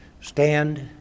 stand